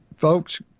folks